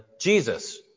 Jesus